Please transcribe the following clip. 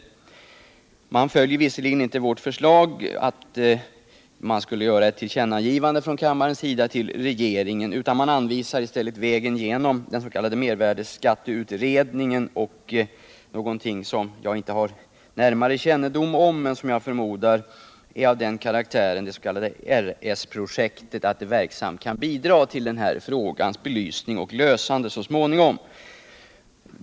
Utskottet följer visserligen inte vårt förslag att kammaren skulle ge regeringen till känna vad vi anfört i motionen men anvisar i stället vägen genom den s.k. mervärdeskatteutredningen och det s.k. RS-projektet, som jag inte närmare känner till men som jag förmodar är av den karaktären att det verksamt kan bidra till att denna fråga så småningom löses.